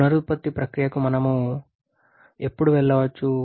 పునరుత్పత్తి ప్రక్రియకు మనం ఎప్పుడు వెళ్ళవచ్చు